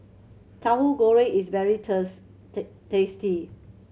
Tahu Goreng is very tasty